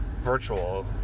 virtual